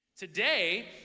Today